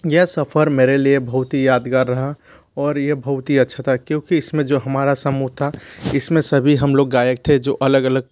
यह सफ़र मेरे लिए बहुत ही यादगार रहा और ये बहुत ही अच्छा था क्योंकि इसमें जो हमारा समूह था इसमें सभी हम लोग गायक थे जो अलग अलग